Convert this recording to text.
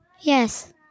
Yes